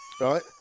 Right